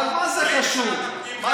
מה זה חשוב?